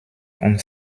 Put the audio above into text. und